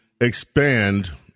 expand